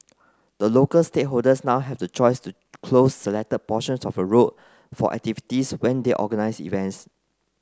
the local stakeholders now have the choice to close selected portions of road for activities when they organise events